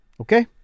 okay